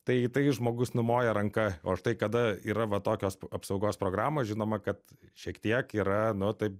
tai į tai žmogus numoja ranka o štai kada yra va tokios apsaugos programos žinoma kad šiek tiek yra nu taip